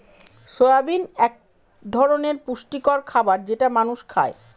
soybean এক ধরনের পুষ্টিকর খাবার যেটা মানুষ খায়